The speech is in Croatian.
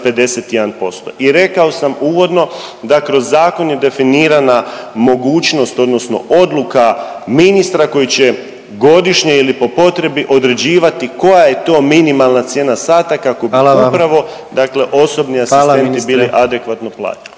i rekao sam uvodno da kroz zakon je definirana mogućnost odnosno odluka ministra koji će godišnje ili po potrebi određivati koja je to minimalna cijena sata kako bi…/Upadica predsjednik: Hvala